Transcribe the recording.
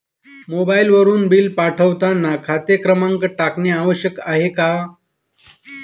मोबाईलवरून बिल पाठवताना खाते क्रमांक टाकणे आवश्यक आहे का?